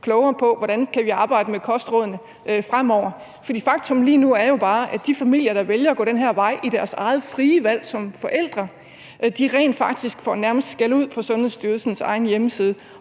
klogere på, hvordan vi kan arbejde med kostrådene fremover. For faktum lige nu er jo bare, at de forældre, der frit vælger at gå den her vej, rent faktisk nærmest får skæld ud på Sundhedsstyrelsens egen hjemmeside,